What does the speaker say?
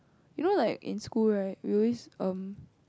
you know like in school right we always um